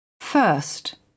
First